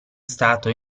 stato